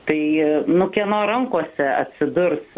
tai nu kieno rankose atsidurs